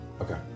Okay